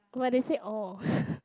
where they said orh